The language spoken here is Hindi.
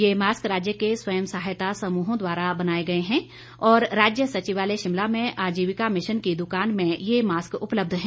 ये मास्क राज्य के स्वयं सहायता समूहों द्वारा बनाए गए हैं और राज्य सचिवालय शिमला में आजीविका मिशन की दुकान में ये मास्क उपलब्ध हैं